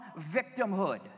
victimhood